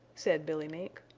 said billy mink.